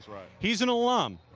right. he's an alum.